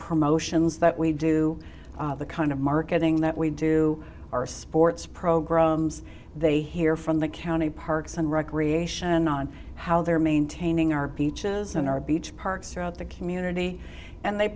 promotions that we do the kind of marketing that we do our sports programs they hear from the county parks and recreation on how they're maintaining our beaches and our beach parks around the community and they